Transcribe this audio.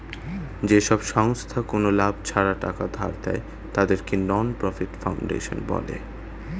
যেসব সংস্থা কোনো লাভ ছাড়া টাকা ধার দেয়, তাদেরকে নন প্রফিট ফাউন্ডেশন বলা হয়